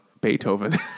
Beethoven